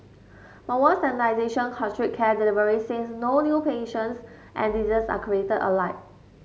but won't standardisation constrict care delivery since no new patients and disease are created alike